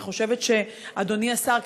אני חושבת שאדוני השר,